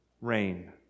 rain